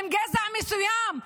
מגזע מסוים,